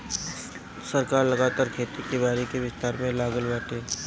सरकार लगातार खेती बारी के विस्तार में लागल बाटे